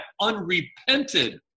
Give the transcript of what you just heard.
unrepented